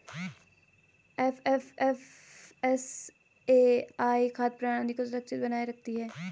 FSSAI खाद्य प्रणाली को सुरक्षित बनाए रखती है